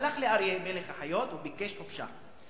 הלך לאריה מלך החיות וביקש חופשה.